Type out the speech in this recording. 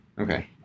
okay